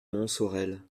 montsorel